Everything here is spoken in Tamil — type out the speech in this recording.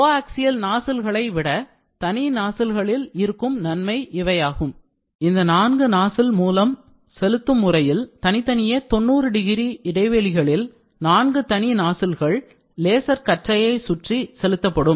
கோஆக்சியல் நாசில்களை விட தனி நாசில்களில் இருக்கும் நன்மை இவையாகும் இந்த நான்கு நாசில் மூலம் செலுத்தும் முறையில் தனித்தனியே 90 டிகிரி இடைவெளிகளில் 4 தனி நாசில்கள் லேசர் கற்றையை சுற்றி செலுத்தப்படும்